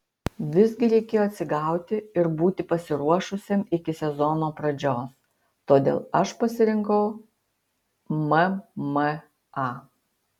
visgi reikėjo atsigauti ir būti pasiruošusiam iki sezono pradžios todėl aš pasirinkau mma